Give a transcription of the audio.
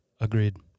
Agreed